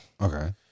Okay